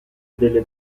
delle